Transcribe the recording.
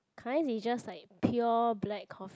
kind is just like pure black coffee